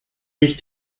dich